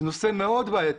שזה נושא מאוד בעייתי,